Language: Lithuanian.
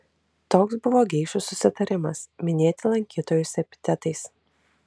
toks buvo geišų susitarimas minėti lankytojus epitetais